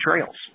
Trails